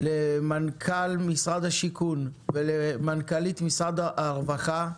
למנכ"ל משרד השיכון, למנכ"לית משרד הרווחה,